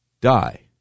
die